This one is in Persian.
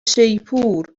شیپور